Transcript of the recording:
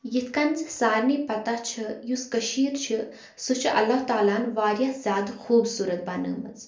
یِتھٕ کٔنۍ زِ سارنٕے پَتاہ چھُ یُس کٔشیٖر چھِ سُہ چھُ اللہ تعالٰی ہَن واریاہ زیادٕ خوٗبصوٗرت بَنٲومٕژ